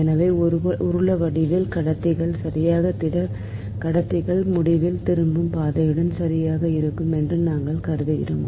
எனவே உருளை வடிவக் கடத்திகள் சரியான திடக் கடத்திகள் முடிவிலியில் திரும்பும் பாதையுடன் சரியாக இருக்கும் என்று நாங்கள் கருதுவோம்